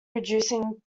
reducing